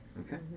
Okay